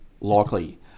Likely